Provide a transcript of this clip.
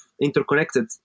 interconnected